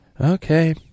Okay